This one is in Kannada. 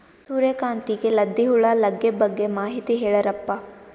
ಸೂರ್ಯಕಾಂತಿಗೆ ಲದ್ದಿ ಹುಳ ಲಗ್ಗೆ ಬಗ್ಗೆ ಮಾಹಿತಿ ಹೇಳರಪ್ಪ?